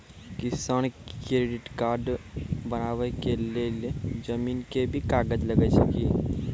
किसान credit card बनबा के लेल जमीन के भी कागज लागै छै कि?